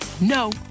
no